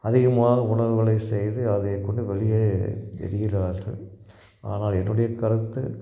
அதிகமான உணவுகளை செய்து அதை கொண்டு வெளியே எறிகிறார்கள் ஆனால் என்னுடைய கருத்து